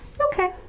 Okay